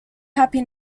happy